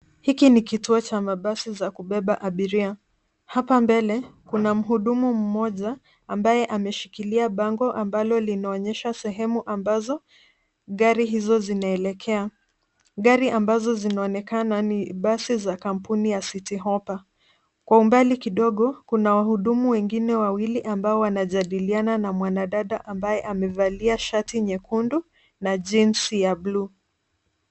Hiki ni kituo cha mabasi ya kubeba abiria. Hapa mbele, kuna mhudumu mmoja ambaye ameshikilia bango linaloonyesha sehemu ambazo magari hayo yanaelekea. Magari yanayoonekana ni mabasi ya kampuni ya Citi Hoppa. Kwa mbali kidogo, kuna wahudumu wengine wawili ambao wanajadiliana na mwanadada aliyevalia shati nyekundu na jeans ya buluu.